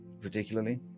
particularly